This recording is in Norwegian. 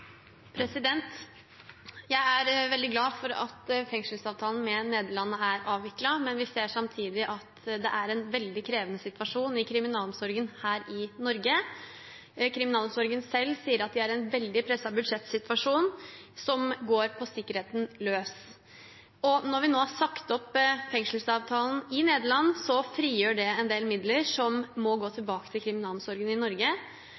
Jeg er veldig glad for at fengselsavtalen med Nederland er avviklet, men vi ser samtidig at det er en veldig krevende situasjon i kriminalomsorgen her i Norge. Kriminalomsorgen selv sier de er i en veldig presset budsjettsituasjon som går på sikkerheten løs. Når vi nå har sagt opp fengselsavtalen i Nederland, frigjør det en del midler som må gå tilbake til kriminalomsorgen i Norge.